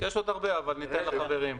יש עוד הרבה, אבל ניתן לחברים.